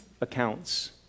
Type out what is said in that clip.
accounts